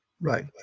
right